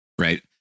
Right